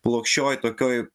plokščioj tokioj